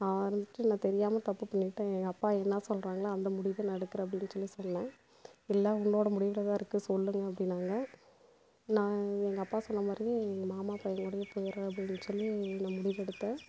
நான் வந்துவிட்டு நான் தெரியாமல் தப்பு பண்ணிட்டேன் எங்கள் அப்பா என்ன சொல்கிறாங்களோ அந்த முடிவு தான் நான் எடுக்கிறேன் அப்படின்னு சொல்லி சொன்னேன் இல்லை உங்களோடய முடிவில் தான் இருக்குது சொல்லுங்கள் அப்படின்னாங்க நான் எங்கள் அப்பா சொன்ன மாதிரியே மாமா பையன் கூடையே போயிடுறேன் அப்படின் சொல்லி நான் முடிவெடுத்தேன்